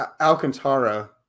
Alcantara